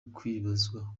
kwibazwa